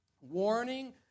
Warning